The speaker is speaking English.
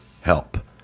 help